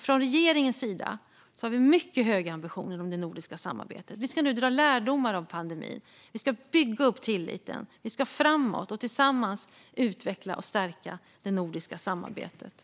Från regeringens sida har vi mycket höga ambitioner för det nordiska samarbetet. Vi ska nu dra lärdomar av pandemin. Vi ska bygga upp tilliten, och vi ska framåt. Tillsammans ska vi utveckla och stärka det nordiska samarbetet.